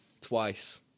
twice